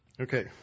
Okay